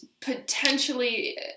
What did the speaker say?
potentially